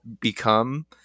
become